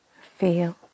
Feel